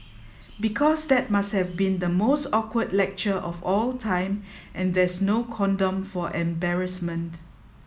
because that must have been the most awkward lecture of all time and there's no condom for embarrassment